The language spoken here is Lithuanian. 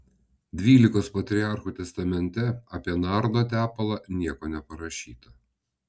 dvylikos patriarchų testamente apie nardo tepalą nieko neparašyta